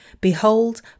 behold